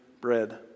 bread